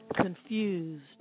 confused